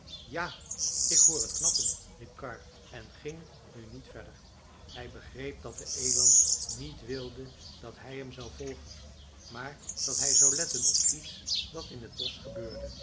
ja ik hoor het knappen riep karr en ging nu niet verder hij begreep dat de eland niet wilde dat hij hem zou volgen maar dat hij zou letten op iets dat in het bosch gebeurde